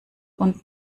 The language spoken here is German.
und